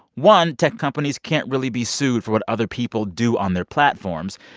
one, tech companies can't really be sued for what other people do on their platforms.